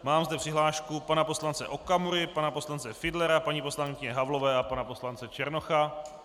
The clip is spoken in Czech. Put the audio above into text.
Mám zde přihlášku pana poslance Okamury, pana poslance Fiedlera, paní poslankyně Havlové a pana poslance Černocha.